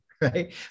right